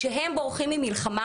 כשהם בורחים ממלחמה,